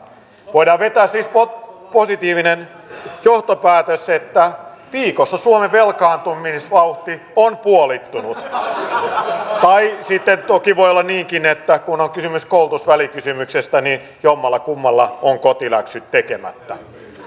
voidaan vetää siis positiivinen johtopäätös että viikossa suomen velkaantumisvauhti on puolittunut tai sitten toki voi olla niinkin että kun on kysymys koulutusvälikysymyksestä jommallakummalla on kotiläksyt tekemättä